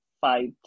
five